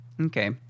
Okay